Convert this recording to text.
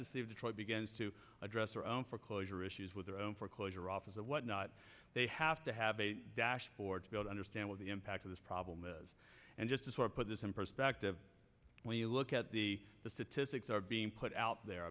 of detroit begins to address their own foreclosure issues with their own foreclosure office and whatnot they have to have a dashboard to go to understand what the impact of this problem is and just to sort of put this in perspective when you look at the statistics are being put out there